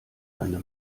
eine